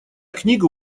книгу